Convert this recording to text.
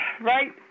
Right